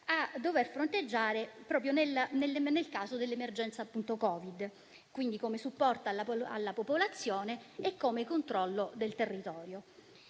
a dover fronteggiare proprio nel caso dell'emergenza Covid, come supporto alla popolazione e come controllo del territorio.